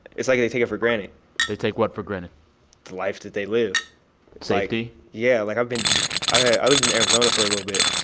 it's like they take it for granted they take what for granted? the life that they live safety? like yeah. like, i've been i lived in arizona for a little bit,